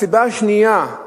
הסיבה השנייה,